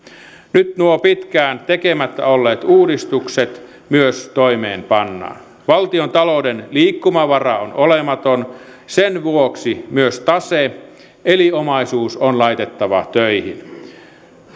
nyt nuo pitkään tekemättä olleet uudistukset myös toimeenpannaan valtiontalouden liikkumavara on olematon sen vuoksi myös tase eli omaisuus on laitettava töihin